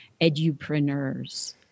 edupreneurs